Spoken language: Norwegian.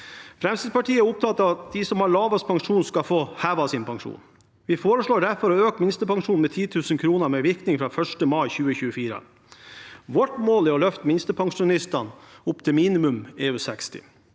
Fremskrittspartiet er opptatt av at de som har lavest pensjon, skal få sin pensjon hevet. Vi foreslår derfor å øke minstepensjonen med 10 000 kr med virkning fra 1. mai 2024. Vårt mål er å løfte minstepensjonistene opp til minimum EU60.